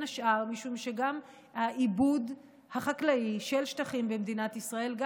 השאר מפני שגם העיבוד החקלאי של שטחים במדינת ישראל הוא